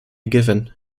given